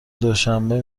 دوشنبه